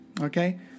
Okay